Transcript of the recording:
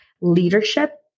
leadership